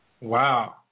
Wow